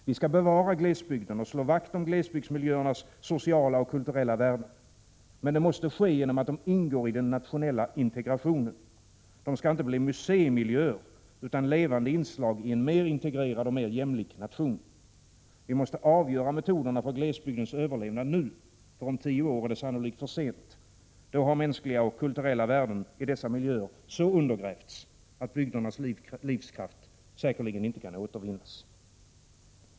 Vi skall bevara glesbygden, slå vakt om glesbygdsmiljöernas sociala och kulturella värden, men det måste ske genom att de ingår i den nationella integrationen. De skall inte bli museimiljöer utan levande inslag i en mer integrerad och mer jämlik nation. Vi måste avgöra metoderna för glesbygdens överlevnad nu — om tio år är det sannolikt för sent. Då har mänskliga och kulturella värden i dessa miljöer så undergrävts, att bygdernas livskraft säkerligen inte kan återvinnas.